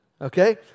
okay